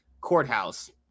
courthouse